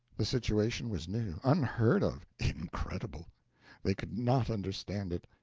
the situation was new, unheard of, incredible they could not understand it,